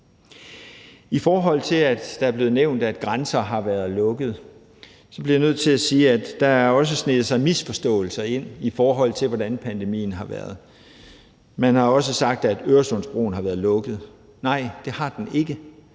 I forhold til at det er blevet nævnt, at grænser har været lukket, bliver jeg nødt til sige, at der også har sneget sig misforståelser ind i forhold til, hvordan pandemien har været. Man har også sagt, at Øresundsbroen har været lukket. Nej, det har den ikke.